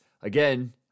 again